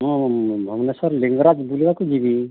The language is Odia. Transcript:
ମୁଁ ଭୁବନେଶ୍ଵର ଲିଙ୍ଗରାଜ ବୁଲିବାକୁ ଯିବି